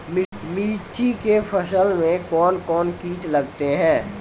मिर्ची के फसल मे कौन कौन कीट लगते हैं?